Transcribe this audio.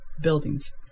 buildings